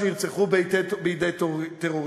שנרצחו בידי טרוריסטים.